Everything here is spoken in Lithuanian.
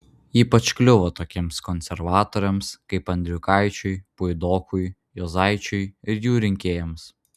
ypač kliuvo tokiems konservatoriams kaip andriukaičiui puidokui juozaičiui ir jų rinkėjams